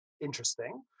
interesting